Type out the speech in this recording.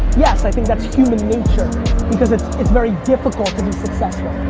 yes, i think that's human because it's it's very difficult to be successful.